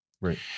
Right